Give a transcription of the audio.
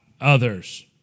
others